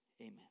amen